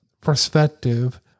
perspective